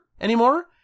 anymore